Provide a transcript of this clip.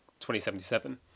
2077